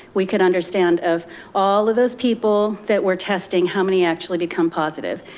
we can understand of all of those people that were testing how many actually become positive?